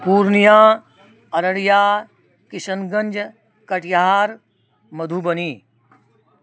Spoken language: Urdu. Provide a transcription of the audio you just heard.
پورنیا ارریا کشن گنج کٹیہار مدھوبنی